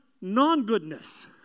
non-goodness